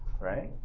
right